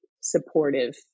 supportive